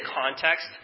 context